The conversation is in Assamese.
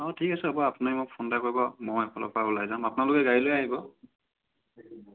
অঁ ঠিক আছে হ'ব আপুনি মোক ফোন এটা কৰিব মই এইফালৰ পৰা ওলাই যাম আপোনালোকে গাড়ী লৈ আহিব